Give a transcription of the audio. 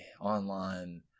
online